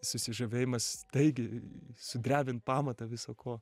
susižavėjimas staigiai sudrebin pamatą visa ko